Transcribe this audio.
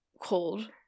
cold